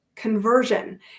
conversion